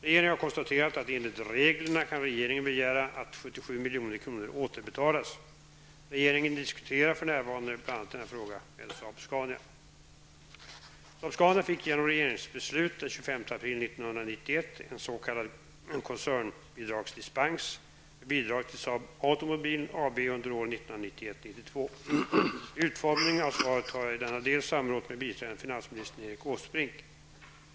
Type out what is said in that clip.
Regeringen har konstaterat, att enligt reglerna kan regeringen begära att 77 milj.kr. återbetalas. Regeringen diskuterar för närvarande bl.a. denna fråga med Saab-Scania. Vid utformningen av svaret har jag i denna del samrått med biträdande finansminister Erik Åsbrink.